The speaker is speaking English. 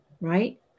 right